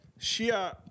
Shia